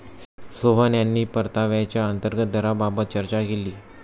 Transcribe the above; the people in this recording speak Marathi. सोहन यांनी परताव्याच्या अंतर्गत दराबाबत चर्चा केली